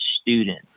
student